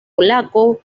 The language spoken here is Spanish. polaco